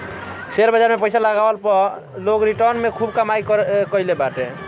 share बाजार में पईसा लगवला पअ लोग रिटर्न से खूब कमाई कईले बाटे